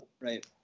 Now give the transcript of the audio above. Right